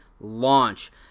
launch